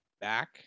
back